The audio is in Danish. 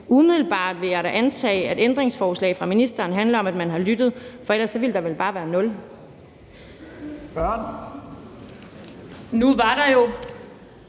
umiddelbart vil jeg da antage, at ændringsforslag fra ministeren handler om, at man har lyttet, for ellers ville der vel bare være